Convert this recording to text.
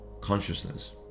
consciousness